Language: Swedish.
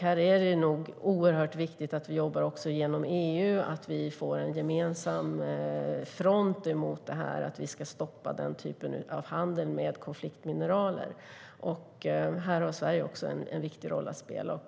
Här är det nog oerhört viktigt att vi också jobbar genom EU och att vi får en gemensam front när det gäller att vi ska stoppa den här typen av handel med konfliktmineraler. Här har Sverige en viktig roll att spela.